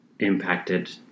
impacted